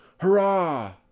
Hurrah